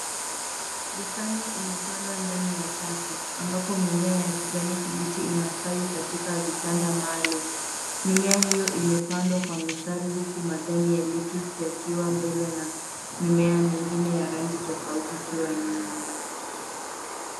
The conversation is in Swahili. Bustani imepandwa ndani ya chafu, ambapo mimea ya kijani kibichi inastawi katika vitanda maalum. Mimea hiyo imepadwa kwa mistari, huku majani ya lettuce yakiwa mbele na mimea mingine ya rangi tofauti ikiwa nyuma.